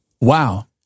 Wow